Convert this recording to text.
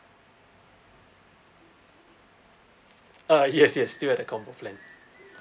uh yes yes still at the combo plan